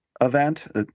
event